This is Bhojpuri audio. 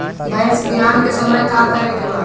भैंस ब्यान के समय का करेके बा?